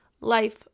life